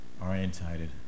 orientated